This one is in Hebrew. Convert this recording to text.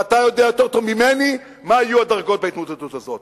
ואתה יודע יותר טוב ממני מה יהיו הדרגות בהתמוטטות הזאת.